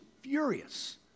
furious